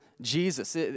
Jesus